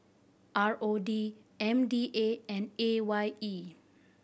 R O D M D A and A Y E